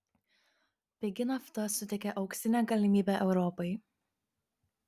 pigi nafta suteikia auksinę galimybę europai